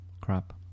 Crap